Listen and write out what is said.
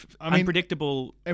unpredictable